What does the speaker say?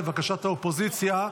לבקשת האופוזיציה,